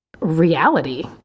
reality